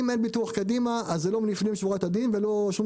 אם אין ביטוח קדימה זה לא לפנים משורת הדין ולא שום